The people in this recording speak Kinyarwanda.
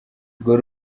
urwo